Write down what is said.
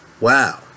wow